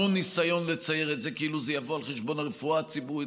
המון ניסיון לצייר את זה כאילו זה יבוא על חשבון הרפואה הציבורית,